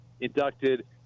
inducted